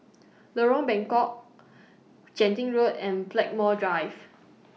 Lorong Bengkok Genting Road and Blackmore Drive